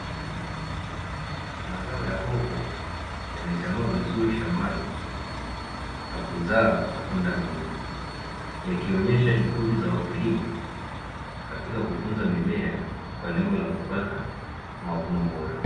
Mazao ya hoho yamechanua vizuri shambani na kuzaa matunda mengi, yakionyesha juhudi za wakulima katika kutunza mimea kwa lengo la kupata mavuno bora.